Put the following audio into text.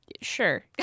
Sure